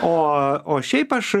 o o šiaip aš